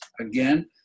Again